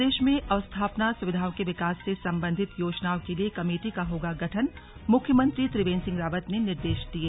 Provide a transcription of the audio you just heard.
प्रदेश में अवस्थापना सुविधाओं के विकास से संबंधित योजनाओं के लिए कमेटी का होगा गठन मुख्यमंत्री त्रिवेंद्र सिंह रावत ने निर्देश दिये